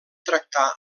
tractar